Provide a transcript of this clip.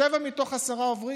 שבעה מתוך עשרה עוברים.